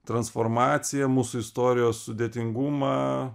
transformaciją mūsų istorijos sudėtingumą